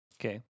Okay